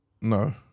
No